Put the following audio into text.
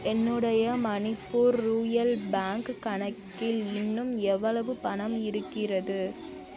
Manipur rural bank கணக்கில் இன்னும் எவ்வளவு பணம் இருக்கிறது